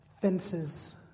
Fences